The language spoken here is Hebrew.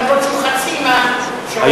אף שהוא חצי מהשיעור,